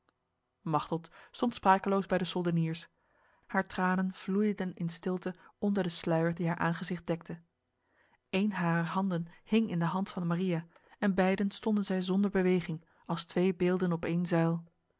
machteld stond sprakeloos bij de soldeniers haar tranen vloeiden in stilte onder de sluier die haar aangezicht dekte eén harer handen hing in de hand van maria en beiden stonden zij zonder beweging als twee beelden op